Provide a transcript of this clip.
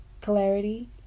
clarity